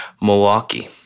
Milwaukee